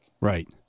Right